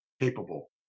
capable